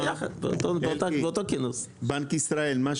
90 יום?